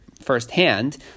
firsthand